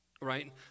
right